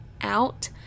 out